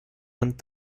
and